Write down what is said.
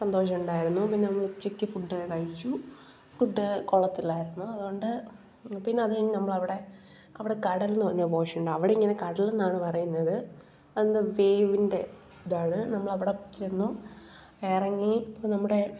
സന്തോഷമുണ്ടായിരുന്നു പിന്നെ നമ്മൾ ഉച്ചക്ക് ഫുഡ് കഴിച്ചു ഫുഡ് കൊള്ളത്തില്ലായിരുന്നു അതോണ്ട് പിന്നത് കഴിഞ്ഞ് നമ്മളവിടെ അവിടെ കടൽന്ന് പറഞ്ഞ പോഷൻ ഉണ്ട് അവിടെ ഇങ്ങനെ കടൽന്നാണ് പറയുന്നത് അത് വേവിൻ്റെ ഇതാണ് നമ്മളവിടെ ചെന്ന് ഇറങ്ങി ഇപ്പം നമ്മുടെ